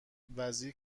وزیر